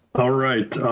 all right,